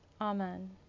Amen